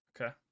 Okay